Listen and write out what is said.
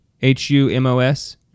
H-U-M-O-S